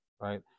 right